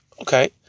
Okay